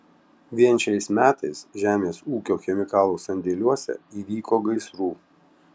vien šiais metais žemės ūkio chemikalų sandėliuose įvyko gaisrų